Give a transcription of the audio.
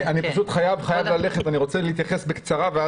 אני חייב ללכת ואני רוצה להתייחס בקצרה.